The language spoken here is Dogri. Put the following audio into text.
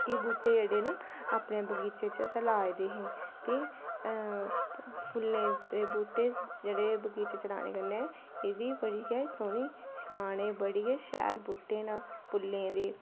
एह् बूह्टे जेह्डे़ न अपने बगीचे च असें लाए दे हे फुल्लें दे बूह्टे जेह्ड़े बगिचे च लाने कन्नै बड़ी गै सोनी शान ऐ बड़े गै शैल बूह्टे न फुल्लें दे